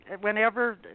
Whenever